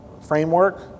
framework